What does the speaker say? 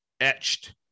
etched